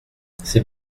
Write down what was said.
c’est